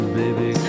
baby